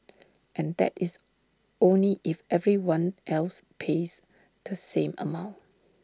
and that is only if everyone else pays the same amount